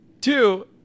Two